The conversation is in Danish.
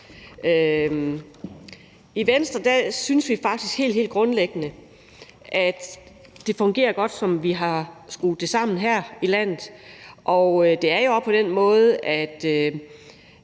I Venstre synes vi faktisk helt grundlæggende, at det fungerer godt, som vi har skruet det sammen her i landet. Det er jo også på den måde,